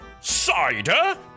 Cider